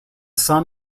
son